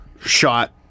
shot